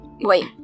Wait